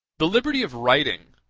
the liberty of writing,